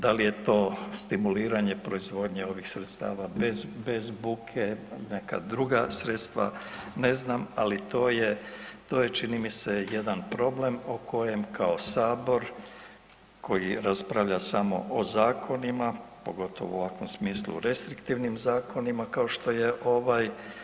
Da li je to stimuliranje proizvodnje ovih sredstava bez, bez buke ili neka druga sredstva, ne znam, ali to je, to je čini mi se jedan problem o kojem kao sabor koji raspravlja samo o zakonima, pogotovo u ovakvom smislu u restriktivnim zakonima kao što je ovaj.